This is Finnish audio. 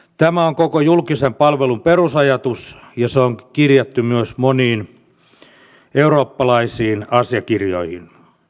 tämä on koko julkisen palvelun perusajatus ja se on kirjattu myös moniin eurooppalaisiin asiakirjoihin